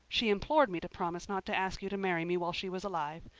she implored me to promise not to ask you to marry me while she was alive.